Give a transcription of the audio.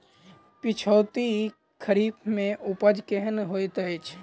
पिछैती खरीफ मे उपज केहन होइत अछि?